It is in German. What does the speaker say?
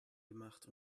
gemacht